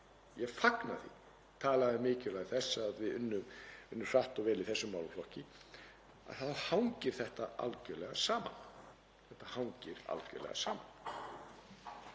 ég fagna því og hef talað um mikilvægi þess að unnið verði hratt og vel í þessum málaflokki — þá hangir þetta algjörlega saman. Þetta hangir algjörlega saman.